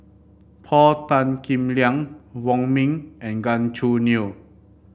Paul Tan Kim Liang Wong Ming and Gan Choo Neo